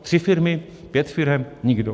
Tři firmy, pět firem, nikdo?